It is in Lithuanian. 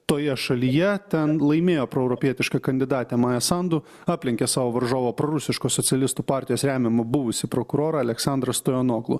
toje šalyje ten laimėjo proeuropietiška kandidatė maja sandu aplenkė savo varžovo prorusiškos socialistų partijos remiamą buvusį prokurorą aleksandrą stoianoglo